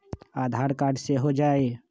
आधार card से हो जाइ?